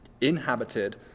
inhabited